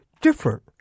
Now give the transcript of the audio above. different